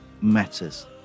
matters